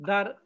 Dar